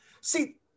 See